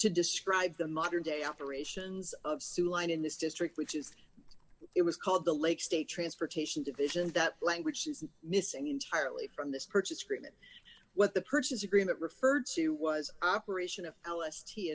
to describe the modern day operations of su line in this district which is it was called the lake state transportation division that language is missing entirely from this purchase agreement what the purchase agreement referred to was operation of l s t